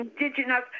indigenous